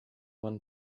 one